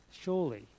Surely